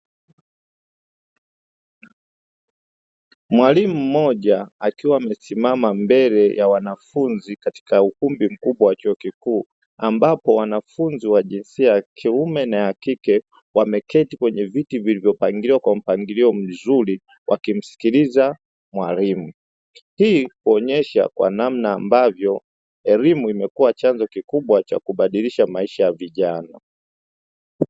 Mwalimu mmoja, akiwa amesimama mbele ya wanafunzi katika ukumbi mkubwa wa chuo kikuu, ambapo wanafunzi wa jinsia ya kiume na ya kike wameketi kwenye viti vilivyopangiwa kwa mpangilio mzuri, wakimsikiliza mwalimu, hii kuonyesha kwa namna ambavyo elimu imekuwa chanzo kikubwa cha kubadilisha maisha ya vijana.